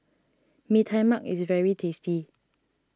Mee Tai Mak is very tasty